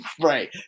Right